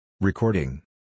Recording